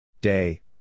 Day